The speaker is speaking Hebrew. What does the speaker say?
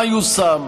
מה יושם?